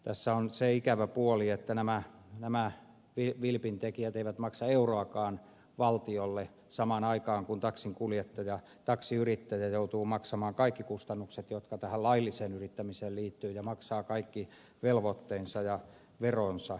tässä on nyt se ikävä puoli että nämä vilpin tekijät eivät maksa euroakaan valtiolle samaan aikaan kun taksiyrittäjä joutuu maksamaan kaikki kustannukset jotka tähän lailliseen yrittämiseen liittyvät ja maksaa kaikki velvoitteensa ja veronsa